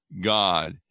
God